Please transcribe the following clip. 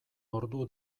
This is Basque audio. ordu